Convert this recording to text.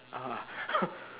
ah